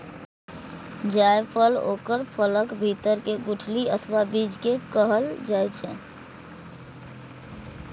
जायफल ओकर फलक भीतर के गुठली अथवा बीज कें कहल जाइ छै